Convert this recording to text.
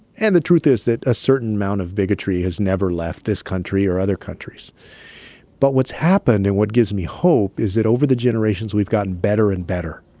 and the truth is that a certain amount of bigotry has never left this country or other countries but what's happened and what gives me hope is that over the generations, we've gotten better and better.